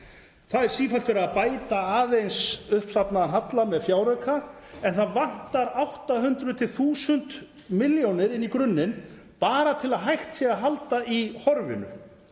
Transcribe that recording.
Það er sífellt verið að bæta aðeins uppsafnaðan halla með fjárauka en það vantar 800–1000 millj. kr. inn í grunninn bara til að hægt sé að halda í horfinu.